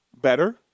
Better